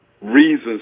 reasons